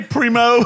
Primo